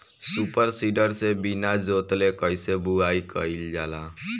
Super seeder से बीना जोतले कईसे बुआई कयिल जाला?